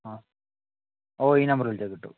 ആ ഓ ഈ നമ്പറിൽ വിളിച്ചാല് കിട്ടും